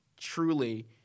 truly